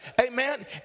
Amen